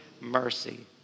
mercy